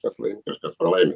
kas laimi kažkas pralaimi